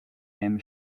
him